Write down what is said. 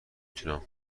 تونم